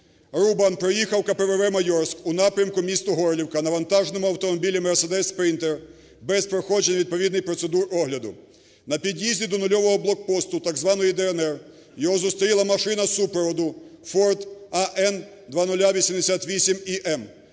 Рубан приїхав в КПВВ "Майорськ" у напрямку міста Горлівка на вантажному автомобілі "Мерседес Спрінтер" без проходження відповідних процедур огляду. На під'їзді до нульового блокпосту так званої "ДНР" його зустріла машина супроводу "Форд" АН 0088ІМ.